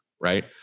right